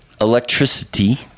electricity